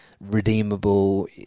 redeemable